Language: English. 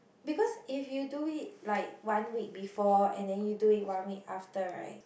because if you do it like one week before and then you do it one week after right